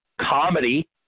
comedy